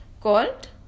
called